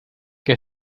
que